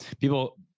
people